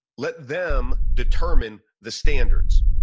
let them determine the standards.